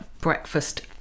breakfast